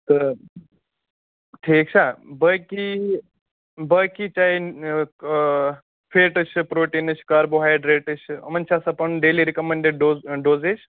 تہٕ ٹھیٖک چھا باقٕے باقٕے چاہے فیٹٕس چھِ پرٛوٹیٖنٕز چھِ کاربوہایڈرٛیٹٕس چھِ یِمَن چھِ آسان پَنُن ڈیلی رِکَمنٛڈٕڈ ڈو ڈوزیج